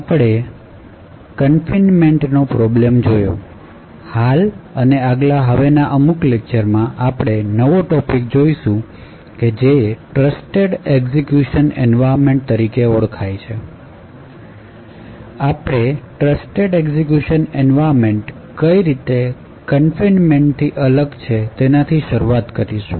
આપણે trusted execution environment કઈ રીતે કન્ફીનમેન્ટથી અલગ છે એનાથી શરૂઆત કરીશું